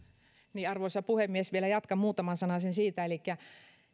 arvoisa puhemies vielä jatkan muutaman sanasen elikkä